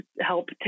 help